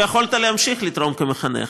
ויכולת להמשיך לתרום כמחנך,